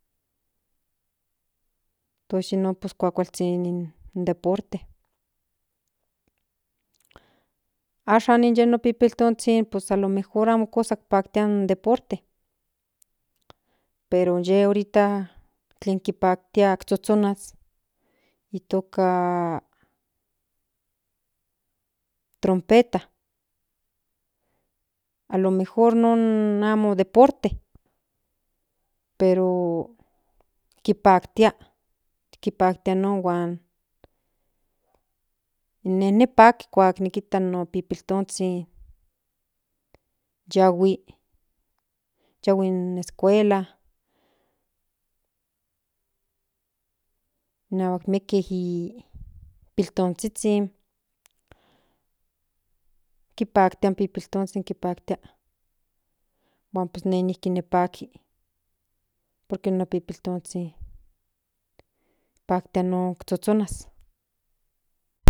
Tos yinon kuakualzhin in deporte ashan nin no pipiltonzhin pues alo mejor amo amo kosa paktia in deporte pero inye ahorita tlen kinpaktia zhozhonas itoka trompeta alo mejor non amo deporte kipaktia non huan nen nipaki kuak kita no pipiltonzhin yahui in escuela inahuak mieke piltonzhizhin kinpaktia in piltonzhizhin kinpaktia huan ine nijki ni paki por que no pipiltonzhin paktia non zhozhonas.